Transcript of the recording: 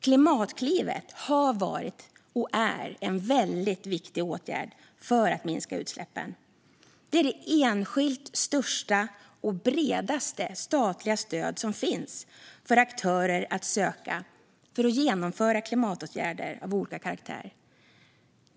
Klimatklivet har varit, och är, en väldigt viktig åtgärd för att minska utsläppen. Det är det enskilt största och bredaste statliga stöd som finns för aktörer att söka för att vidta klimatåtgärder av olika karaktär.